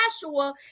Joshua